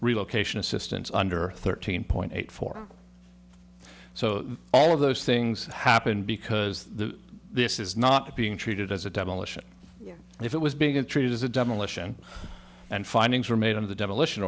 relocation assistance under thirteen point eight four so all of those things happened because this is not being treated as a demolition and if it was being treated as a demolition and findings were made of the demolition